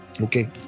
Okay